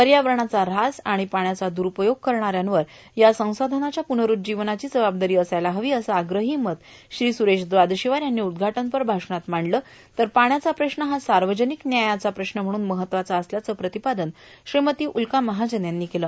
पर्यावरणाचा ऱ्हास आणि पाण्याचा द्वरूपयोग करणाऱ्यांवर या संसाधनाच्या पुनरूज्जीवनाची जबाबदारी असली पाहिजे असं आग्रही मत श्री सुरेश द्वादशीवार यांनी उद्घाटनपर भाषणात मांडलं तर पाण्याचा प्रश्न हा सार्वजनिक न्यायाचा प्रश्न म्हणून महत्वाचा असल्याचं प्रतिपादन श्रीमती उल्का महाजन यांनी केलं